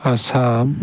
Assam